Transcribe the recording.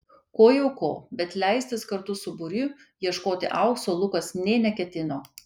ko jau ko bet leistis kartu su būriu ieškoti aukso lukas nė neketino